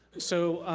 so,